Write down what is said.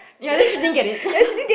ya then she didn't get it